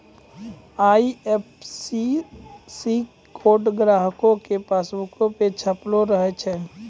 IFSC code ग्राहको के पासबुको पे छपलो रहै छै